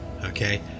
Okay